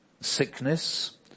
sickness